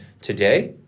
today